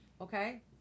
okay